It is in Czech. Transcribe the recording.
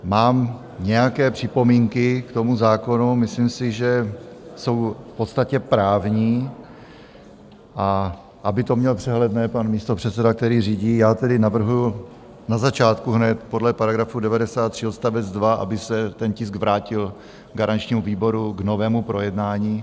Mám nějaké připomínky k tomu zákonu, myslím si, že jsou v podstatě právní, a aby to měl přehledné pan místopředseda, který řídí, já tedy navrhuju na začátku hned podle § 93 odst. 2, aby se ten tisk vrátil garančnímu výboru k novému projednání.